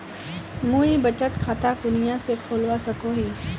मुई बचत खता कुनियाँ से खोलवा सको ही?